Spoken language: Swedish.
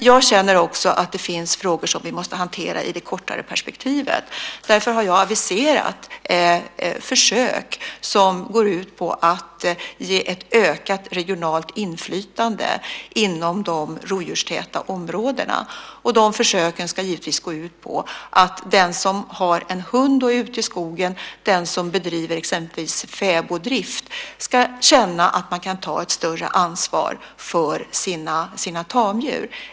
Jag känner att det också finns frågor som vi måste hantera i det kortare perspektivet. Därför har jag aviserat försök som går ut på att ge ett ökat regionalt inflytande inom de rovdjurstäta områdena. De försöken ska givetvis gå ut på att den som har en hund och är ute i skogen och den som bedriver fäboddrift ska känna att man kan ta ett större ansvar för sina tamdjur.